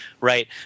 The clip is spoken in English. right